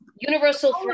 Universal